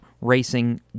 Racing